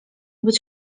być